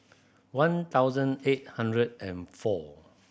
one thousand eight hundred and four